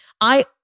I-